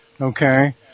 okay